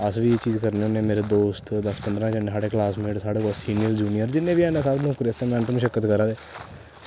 अस बी एह् चीज करने होन्ने मेरे दोस्त दस पंदरां जने साढ़े क्लास मेट साढ़े कोला सिनियर यूनियर जिन्ने बी हैन सारे नौकरी आस्तै मैह्नत मुशक्कत करा दे